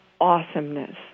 awesomeness